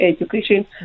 Education